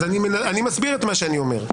אז אני מסביר את מה שאני אומר.